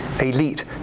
elite